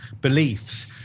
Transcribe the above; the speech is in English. beliefs